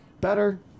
Better